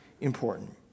important